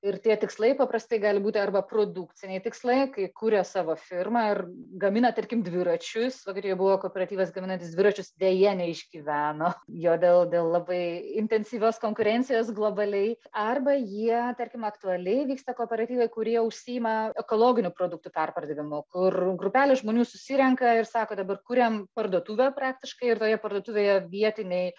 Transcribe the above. ir tie tikslai paprastai gali būt arba prudukciniai tikslai kai kuria savo firmą ir gamina tarkim dviračius vokietijoj buvo kooperatyvas gaminantis dviračius deja neišgyveno jo dėl dėl labai intensyvios konkurencijos globaliai arba jie tarkim aktualiai vyksta kooperatyvai kurie užsiima ekologinių produktų perpardavimu kur grupelė žmonių susirenka ir sako dabar kuriam parduotuvę praktiškai ir toje parduotuvėje vietiniai